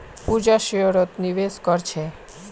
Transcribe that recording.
पूजा शेयरत निवेश कर छे